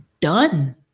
done